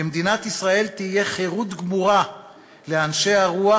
במדינת ישראל תהיה חירות גמורה לאנשי הרוח,